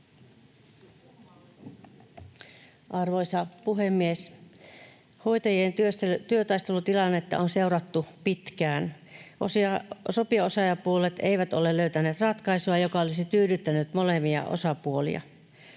Arvoisa puhemies! Hoitajien työtaistelutilannetta on seurattu pitkään. Sopijaosapuolet eivät ole löytäneet ratkaisua, joka olisi tyydyttänyt molempia osapuolia.